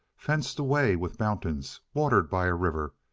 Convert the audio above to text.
fenced away with mountains watered by a river,